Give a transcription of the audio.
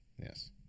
Yes